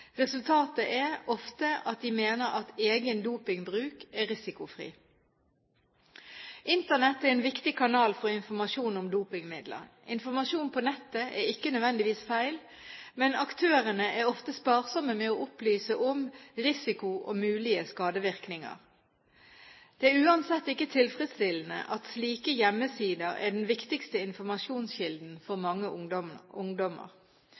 Resultatet er ofte at de mener at egen dopingbruk er risikofri. Internett er en viktig kanal for informasjon om dopingmidler. Informasjonen på nettet er ikke nødvendigvis feil, men aktørene er ofte sparsomme med å opplyse om risiko og mulige skadevirkninger. Det er uansett ikke tilfredsstillende at slike hjemmesider er den viktigste informasjonskilden for mange ungdommer.